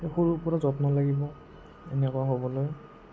সৰুৰ পৰা যত্ন লাগিব এনেকুৱা হ'বলৈ